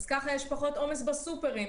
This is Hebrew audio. אז ככה יש פחות עומס בסופרים.